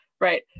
right